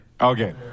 Okay